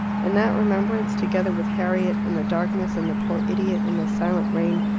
and that remembrance, together with harriet, and the darkness, and the poor idiot, and the silent rain,